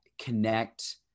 connect